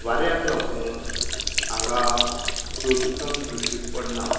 वाऱ्याक लागून हांगा प्रदूशण दृश्टीक पडना